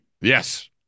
Yes